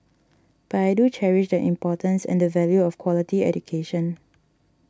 but I do cherish the importance and the value of quality education